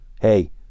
hey